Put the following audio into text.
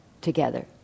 together